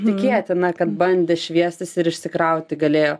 tikėtina kad bandė šviestis ir išsikrauti galėjo